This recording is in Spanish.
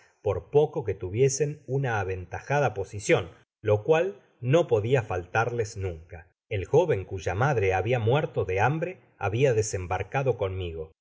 por poco que tuviesen una aventajada posicion lo cual no podia faltarles nunca i el jóven cuya madre habia muerto de hambre habia desembarcado conmigo